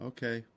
Okay